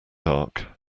dark